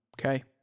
okay